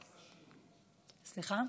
סליחה?